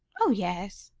ah! yes,